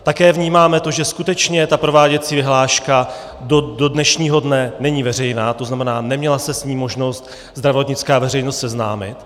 Také vnímáme to, že skutečně prováděcí vyhláška do dnešního dne není veřejná, to znamená, neměla se s ní možnost zdravotnická veřejnost seznámit.